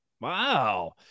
wow